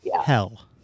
hell